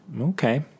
Okay